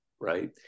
right